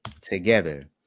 together